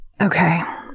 Okay